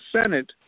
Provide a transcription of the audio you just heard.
Senate